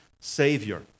Savior